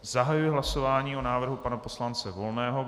Zahajuji hlasování návrhu pana poslance Volného.